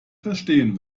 verstehen